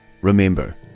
Remember